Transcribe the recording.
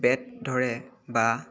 bat ধৰে বা